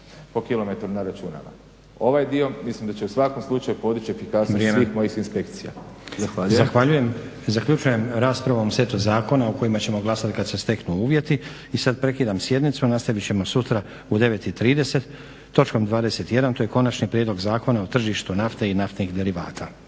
po kilometru na računala. Ovaj dio mislim da će u svakom slučaju dići efikasnost… … /Upadica